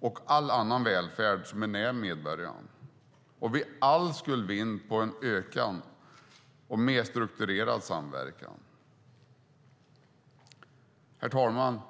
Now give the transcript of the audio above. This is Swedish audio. och all annan välfärd för medborgarna. Vi skulle alla vinna på en ökad och mer strukturerad samverkan. Herr talman!